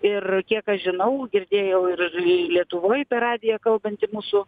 ir kiek aš žinau girdėjau ir lietuvoj per radiją kalbantį mūsų